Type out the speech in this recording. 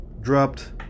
dropped